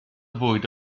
fwyd